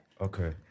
Okay